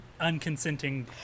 unconsenting